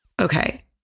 Okay